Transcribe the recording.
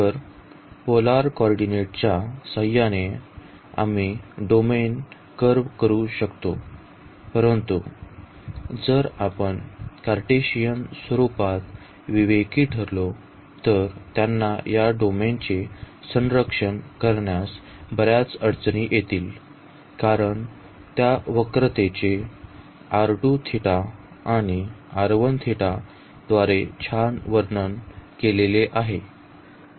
तर पोलर कोऑरडीनेटरच्या सहकार्याने आम्ही डोमेन वक्र करू शकतो परंतु जर आपण कार्टेशियन स्वरुपात विवेकी ठरलो तर त्यांना या डोमेन चे संरक्षण करण्यास बऱ्याच अडचणी येतील कारण या वक्रतेचे आणि द्वारे छान वर्णन केले आहे